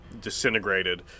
disintegrated